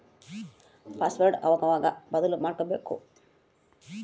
password ಅವಾಗವಾಗ ಬದ್ಲುಮಾಡ್ಬಕು